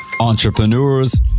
entrepreneurs